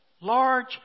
large